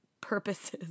purposes